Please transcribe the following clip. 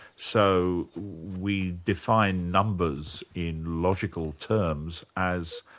so we define numbers in logical terms as